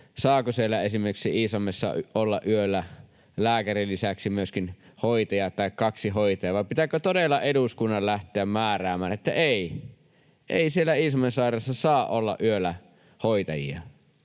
saako esimerkiksi siellä Iisalmessa olla yöllä lääkärin lisäksi myöskin hoitaja tai kaksi hoitajaa. Pitääkö todella eduskunnan lähteä määräämään, että ei, ei siellä Iisalmen sairaalassa saa olla yöllä hoitajia,